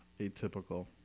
Atypical